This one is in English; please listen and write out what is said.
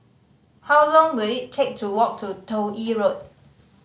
how long will it take to walk to Toh Yi Road